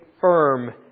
firm